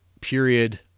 period